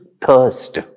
thirst